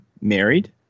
married